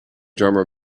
drummer